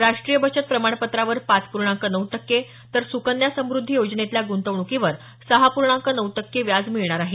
राष्ट्रीय बचत प्रमाणपत्रावर पाच पूर्णांक नऊ टक्के तर सुकन्या समुद्धी योजनेतल्या गुंतवणुकीवर सहा पूर्णांक नऊ टक्के व्याज मिळणार आहे